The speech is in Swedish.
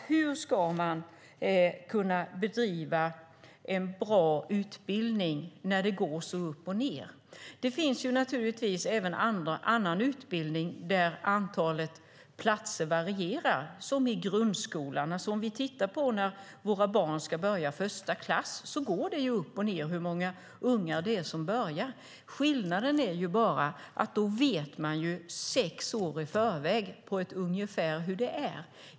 Hur ska man kunna bedriva en bra utbildning när det går så mycket upp och ned? Det finns naturligtvis även annan utbildning där antalet platser varierar, som i grundskolorna. När våra barn ska börja första klass går det upp och ned hur många ungar det är som börjar. Skillnaden är bara att man då vet sex år i förväg på ett ungefär hur det är.